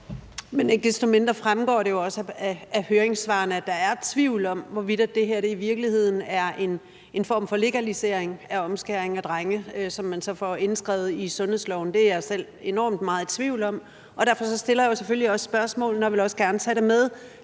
Ikke desto mindre fremgår det jo også af høringssvarene, at der er tvivl om, hvorvidt det her i virkeligheden er en form for legalisering af omskæring af drenge, som man så får indskrevet i sundhedsloven. Det er jeg selv enormt meget i tvivl om. Derfor stiller jeg selvfølgelig også spørgsmål og vil også gerne tage det med